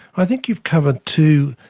i think you've covered two,